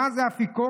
מה זה אפיקורס?